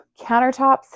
Countertops